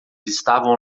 estavam